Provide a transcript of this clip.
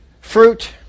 fruit